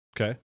Okay